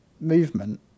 movement